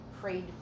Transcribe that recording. prayed